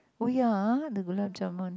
oh ya the gulab-jamun